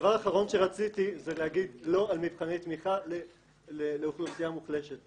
הדבר האחרון שרציתי זה להגיד לא על מבחני תמיכה לאוכלוסייה מוחלשת.